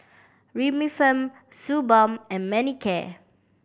Remifemin Suu Balm and Manicare